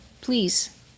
please